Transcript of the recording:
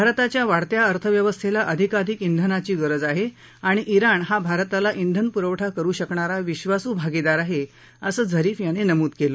भारताच्या वाढत्या अर्थव्यवस्थेला अधिकाधिक धिनाचीही गरज आहे आणि जिण हा भारताला िन पुरवठा करू शकणारा विद्वासू भागिदार आहे असं झरीफ यांनी नमूद केलं